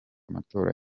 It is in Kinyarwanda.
amatora